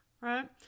right